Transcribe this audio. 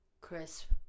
Crisp